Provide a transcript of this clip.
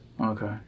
Okay